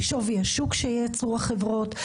בשווי השוק שייצרו החברות,